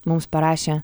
mums parašė